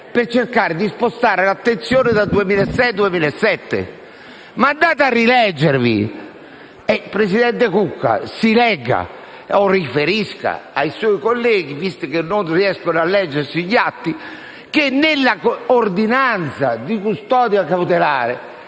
per cercare di spostare l'attenzione dal 2006 al 2007. Ma andate rileggere gli atti! Senatore Cucca, legga o riferisca ai suoi colleghi, visto che non riescono a leggere gli atti, che nell'ordinanza di custodia cautelare